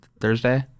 Thursday